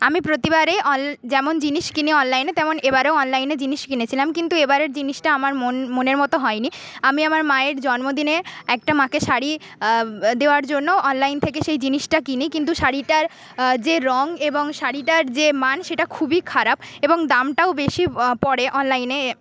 আমি প্রতিবারেই যেমন জিনিস কিনি অনলাইনে তেমন এ বারও অনলাইনে জিনিস কিনেছিলাম কিন্তু এবারের জিনিসটা আমার মনের মতো হয়নি আমি আমার মায়ের জন্মদিনে একটা মাকে শাড়ি দেওয়ার জন্য অনলাইন থেকে সেই জিনিসটা কিনি কিন্তু শাড়িটার যে রং এবং শাড়িটার যে মান সেটা খুবই খারাপ এবং দামটাও বেশি পড়ে অনলাইনে